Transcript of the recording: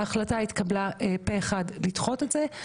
ההחלטה התקבלה פה אחד לדחות את זה.